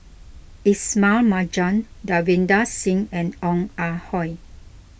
Ismail Marjan Davinder Singh and Ong Ah Hoi